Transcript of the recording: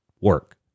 work